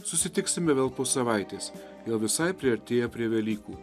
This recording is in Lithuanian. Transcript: susitiksime vėl po savaitės jau visai priartėję prie velykų